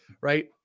right